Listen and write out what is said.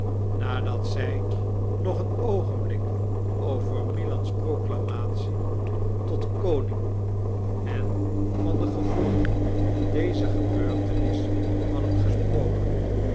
nadat zij nog een oogenblik over milans proclamatie tot koning en van de gevolgen dezer gebeurtenis hadden gesproken